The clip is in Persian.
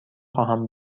خواهم